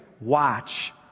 Watch